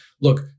look